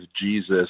Jesus